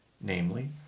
namely